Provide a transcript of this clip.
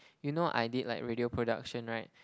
you know I did like radio production right